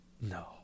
No